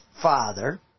Father